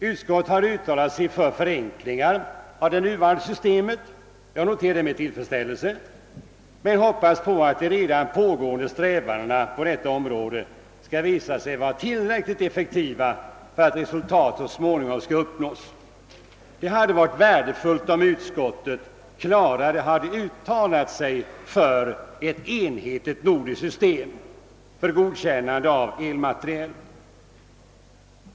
Utskottet har uttalat sig för förenklingar av det nuvarande systemet — jag noterar detta med tillfredsställelse — men hoppas att de redan pågående strävandena på detta område skall visa sig vara tillräckligt effektiva för att resultat så småningom skall uppnås. Det hade varit värdefullt om utskottet klarare uttalat sig för ett enhetligt nordiskt system för godkännande av elmateriel.